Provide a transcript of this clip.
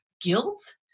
Guilt